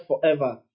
forever